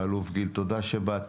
האלוף גיל, תודה שבאת.